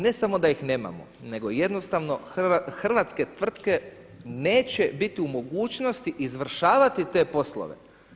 Ne samo da ih nemamo, nego jednostavno hrvatske tvrtke neće biti u mogućnosti izvršavati te poslove.